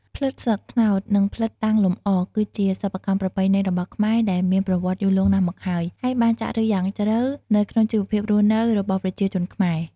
ផ្លិតស្លឹកត្នោត និងផ្លិតតាំងលម្អ គឺជាសិប្បកម្មប្រពៃណីរបស់ខ្មែរដែលមានប្រវត្តិយូរលង់ណាស់មកហើយ ហើយបានចាក់ឫសយ៉ាងជ្រៅនៅក្នុងជីវភាពរស់នៅរបស់ប្រជាជនខ្មែរ។